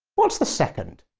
what's the second?